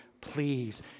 Please